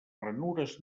ranures